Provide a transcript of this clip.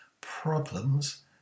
problems